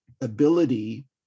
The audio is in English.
ability